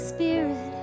Spirit